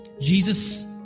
Jesus